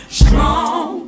strong